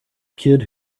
kid